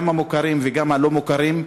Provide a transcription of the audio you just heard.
גם המוכרים וגם הלא-מוכרים.